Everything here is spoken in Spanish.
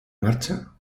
marcha